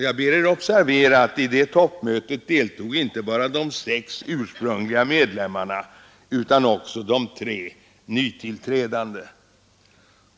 Jag ber er observera att vid toppmötet deltog inte bara de sex ursprungliga medlemsstaterna utan också de tre nytillträdande.